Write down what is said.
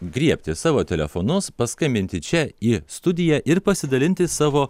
griebti savo telefonus paskambinti čia į studiją ir pasidalinti savo